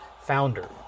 founder